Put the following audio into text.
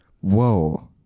Whoa